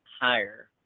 higher